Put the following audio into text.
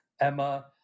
Emma